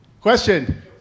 Question